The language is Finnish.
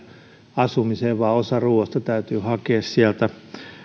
asumiseen vaan osa ruuasta täytyy hakea sieltä